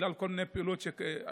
בגלל כל מיני פעולות שנעשו,